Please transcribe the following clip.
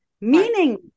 Meaning